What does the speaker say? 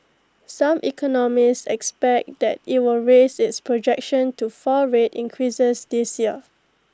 some economists expect that IT will raise its projection to four rate increases this year